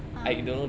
ah